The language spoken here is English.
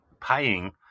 paying